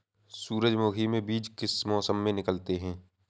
सूरजमुखी में बीज किस मौसम में निकलते हैं?